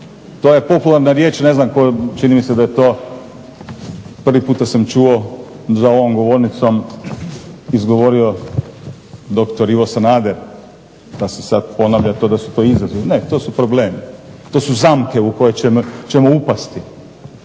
to je popularna riječ, čini mi se da to prvi puta sam čuo za ovom govornicom izgovorio doktor Ivo Sanader pa se sad ponavlja da su to izazovi, ne to su problemi, to su zamke u koje ćemo upasti.